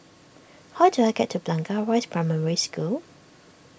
how do I get to Blangah Rise Primary School